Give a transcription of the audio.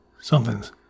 something's